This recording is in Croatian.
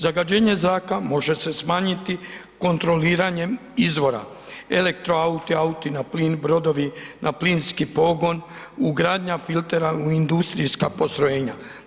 Zagađenje zraka može se smanjiti kontroliranjem izvora, Elektro auti, auti na plin, brodovi na plinski pogon, ugradnja filtera u industrijska postrojenja.